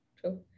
True